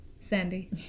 Sandy